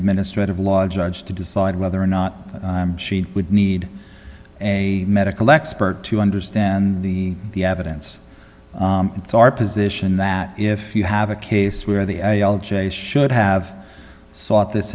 administrative law judge to decide whether or not she would need a medical expert to understand the the evidence it's our position that if you have a case where the i should have sought this